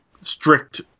strict